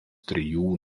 trijų